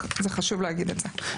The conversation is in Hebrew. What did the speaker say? רק זה חשוב להגיד את זה.